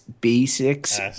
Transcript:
basics